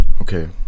Okay